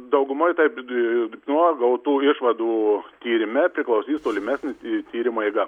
daugumoj taip de nuo gautų išvadų tyrime priklausys tolimesnė tyrimo eiga